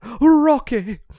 Rocky